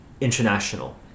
international